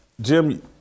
Jim